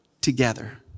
together